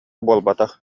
буолбатах